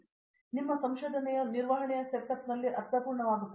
professor Usha Mohan ನಿಮ್ಮ ಸಂಶೋಧನೆಯು ನಿರ್ವಹಣೆಯ ಸೆಟಪ್ನಲ್ಲಿ ಅರ್ಥಪೂರ್ಣವಾಗುತ್ತದೆ